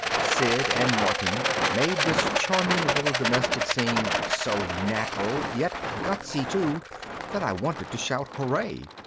sid and martin made this charming little domestic scene so natural yet gutsy too that i wanted to shout hooray.